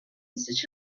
such